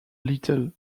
little